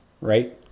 right